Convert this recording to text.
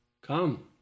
Come